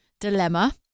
dilemma